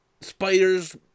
spiders